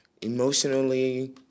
emotionally